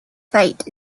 fate